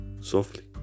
softly